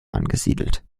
angesiedelt